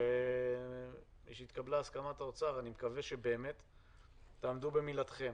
אני מקווה שתעמדו במילתכם.